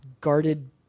guarded